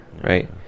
right